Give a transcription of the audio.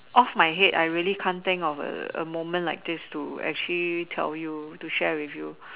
off my head I really can't think of a A moment like this to tell you to share with you